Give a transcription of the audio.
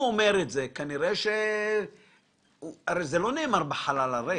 הרי זה לא נאמר בחלל ריק.